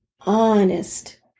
honest